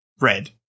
red